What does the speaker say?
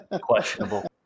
Questionable